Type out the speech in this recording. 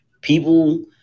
People